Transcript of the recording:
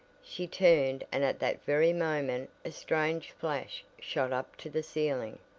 she turned and at that very moment a strange flash shot up to the ceiling!